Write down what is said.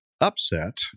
upset